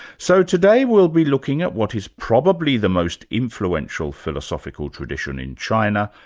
so today we'll be looking at what is probably the most influential philosophical tradition in china,